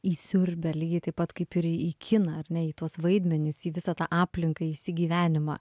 įsiurbia lygiai taip pat kaip ir į kiną ar ne į tuos vaidmenis į visą tą aplinką įsigyvenimą